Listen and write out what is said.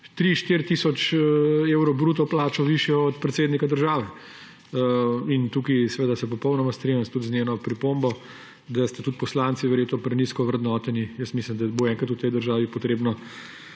tisoč evrov bruto plačo višjo od predsednika države. In tukaj se popolnoma strinjam z njeno pripombo, da ste tudi poslanci verjetno prenizko vrednoteni. Jaz mislim, da bo enkrat v tej državi treba